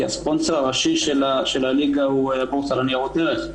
כי הספונסר הראשי של הליגה הוא הבורסה לניירות ערך,